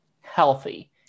healthy